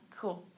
cool